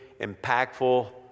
impactful